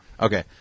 Okay